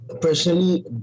Personally